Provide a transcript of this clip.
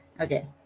Okay